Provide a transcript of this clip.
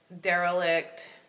derelict